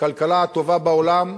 הכלכלה הטובה בעולם,